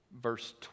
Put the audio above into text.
verse